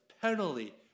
penalty